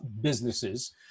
businesses